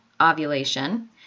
ovulation